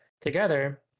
together